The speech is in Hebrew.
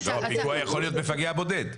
פיגוע יכול להיות מפגע בודד.